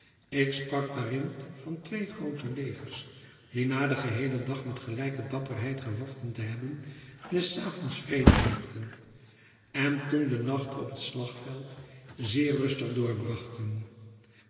ik sprak daarin van twee groote legers die na den geheelen dag met gelijke dapperheid gevochten te hebben des avonds vrede maakten en toen den nacht op het slagveld zeer rustig